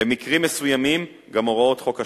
ובמקרים מסוימים גם הוראות חוק השליחות,